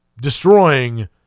destroying